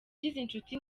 inshuti